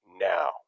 now